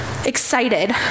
excited